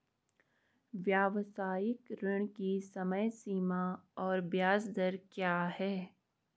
व्यावसायिक ऋण की समय सीमा और ब्याज दर क्या है?